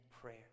prayer